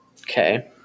Okay